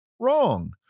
wrong